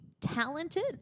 talented